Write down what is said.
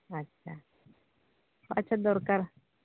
ᱟᱪᱪᱷᱟ ᱟᱪᱪᱷᱟ ᱫᱚᱨᱠᱟᱨ